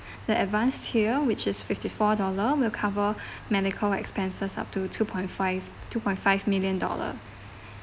the advanced tier which is fifty four dollar will cover medical expenses up to two point five two point five million dollar